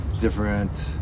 different